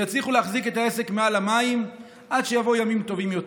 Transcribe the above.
שיצליחו להחזיק את העסק מעל המים עד שיבואו ימים טובים יותר.